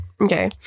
okay